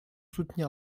soutenir